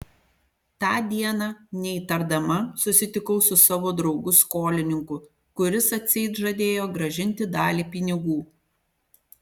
tą dieną neįtardama susitikau su savo draugu skolininku kuris atseit žadėjo grąžinti dalį pinigų